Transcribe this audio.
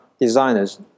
Designers